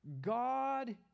God